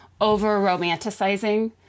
over-romanticizing